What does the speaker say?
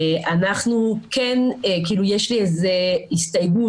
יש לי הסתייגות,